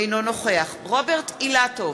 אינו נוכח רוברט אילטוב,